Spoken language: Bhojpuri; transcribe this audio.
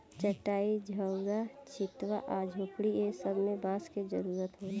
चाटाई, झउवा, छित्वा आ झोपड़ी ए सब मे बांस के जरुरत होला